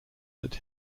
that